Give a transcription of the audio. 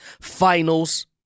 finals